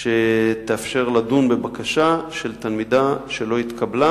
שתאפשר לדון בבקשה של תלמידה שלא התקבלה